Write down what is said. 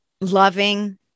loving